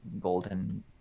golden